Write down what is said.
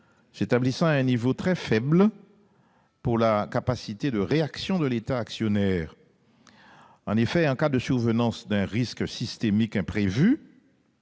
s'établissant à un niveau très faible pour la capacité de réaction de l'État actionnaire. En effet, en cas de survenance d'un risque systémique imprévu